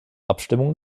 abstimmung